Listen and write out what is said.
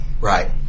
Right